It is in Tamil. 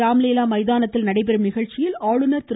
ராம்லீலா மைதானத்தில் நடைபெறும் நிகழ்ச்சியில் ஆளுநர் திரு